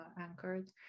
anchored